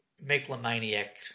megalomaniac